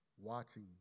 watching